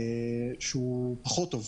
שהוא פחות טוב,